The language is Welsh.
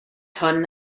hwn